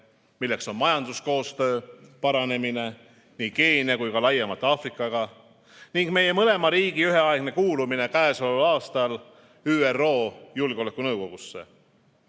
milleks on majanduskoostöö paranemine nii Keenia kui ka laiemalt Aafrikaga ning mõlema riigi üheaegne kuulumine käesoleval aastal ÜRO Julgeolekunõukogusse.